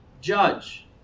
judge